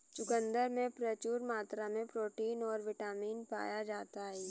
चुकंदर में प्रचूर मात्रा में प्रोटीन और बिटामिन पाया जाता ही